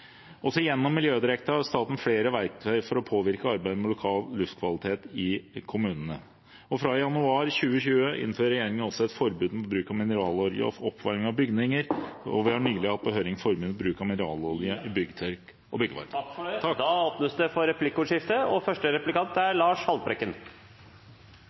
Også gjennom Miljødirektoratet har staten flere verktøy for å påvirke arbeidet med lokal luftkvalitet i kommunene. Fra 1. januar 2020 innfører regjeringen også et forbud mot bruk av mineralolje til oppvarming av bygninger, og vi har nylig hatt på høring forbud mot bruk av mineralolje til byggtørk og byggvarme. Det blir replikkordskifte. Min gode kollega fra Trondheim og